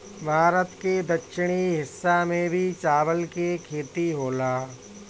भारत के दक्षिणी हिस्सा में भी चावल के खेती होला